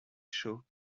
show